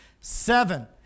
seven